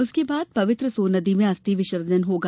उसके बाद पवित्र सोननदी में अस्थि विसर्जन होगा